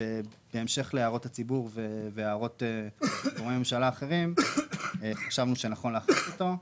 בהמשך להערות הציבור והערות גורמי ממשלה אחרים חשבנו שנכון להכניס אותו.